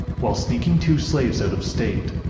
while sneaking two slaves out of state,